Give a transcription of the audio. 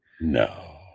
No